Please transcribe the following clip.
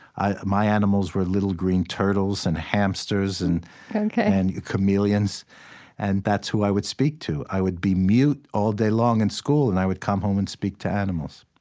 my animals were little green turtles and hamsters and and chameleons, and that's who i would speak to. i would be mute all day long in school, and i would come home and speak to animals